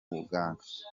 buganga